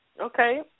Okay